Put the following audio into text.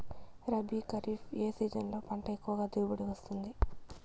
రబీ, ఖరీఫ్ ఏ సీజన్లలో పంట ఎక్కువగా దిగుబడి వస్తుంది